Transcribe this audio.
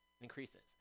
increases